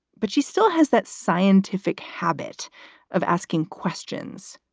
but she still has that scientific habit of asking questions.